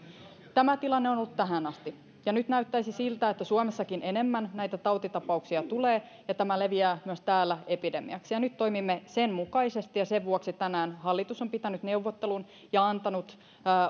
tämä tilanne on ollut tähän asti nyt näyttäisi siltä että suomessakin enemmän näitä tautitapauksia tulee ja tämä leviää myös täällä epidemiaksi nyt toimimme sen mukaisesti ja sen vuoksi tänään hallitus on pitänyt neuvottelun ja antanut